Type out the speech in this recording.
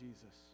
Jesus